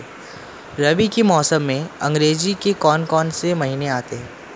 रबी के मौसम में अंग्रेज़ी के कौन कौनसे महीने आते हैं?